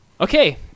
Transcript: okay